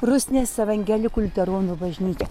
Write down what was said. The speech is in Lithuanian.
rusnės evangelikų liuteronų bažnyčia